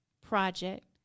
project